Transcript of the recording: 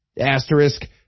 asterisk